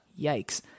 Yikes